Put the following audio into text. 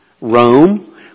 Rome